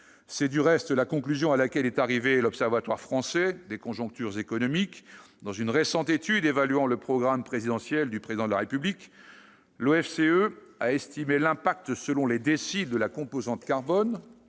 C'est, du reste, la conclusion tirée par l'Observatoire français des conjonctures économiques, l'OFCE, dans une récente étude évaluant le programme présidentiel du Président de la République. L'OFCE a estimé l'impact selon les déciles de la composante carbone,